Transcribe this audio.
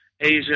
Asia